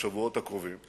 בשבועות הקרובים,